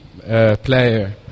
player